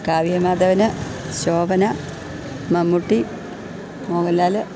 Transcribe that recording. Kavya Madhavan Shobhana Mammootty Mohanlal